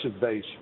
base